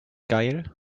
geil